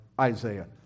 Isaiah